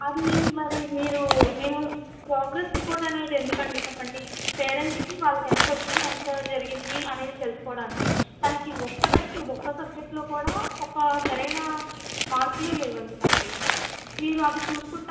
అది మరి మీరు మేము ప్రోగ్రెస్ రిపోర్ట్ అనేది ఎందుకండి చెప్పండి పేరెంట్స్కి వాళ్ళకి ఎంతచ్చాయి ఎంత జరిగింది అనేది తెలుసుకోడానికి తనకి ఒక్కటంటే ఒక్క సబ్జెక్ట్లో కూడా ఒక సరైన మార్కులే లేవండి తనకి మీరు అవి చూసుకుంటారా